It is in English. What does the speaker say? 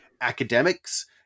academics